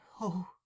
Oh